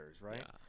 right